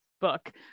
book